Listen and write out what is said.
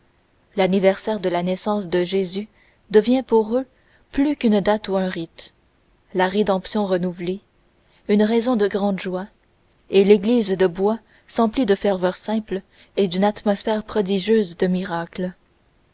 l'anniversaire de la naissance de jésus devient pour eux plus qu'une date ou un rite la rédemption renouvelée une raison de grande joie et l'église de bois s'emplit de ferveur simple et d'une atmosphère prodigieuse de miracle